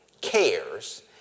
cares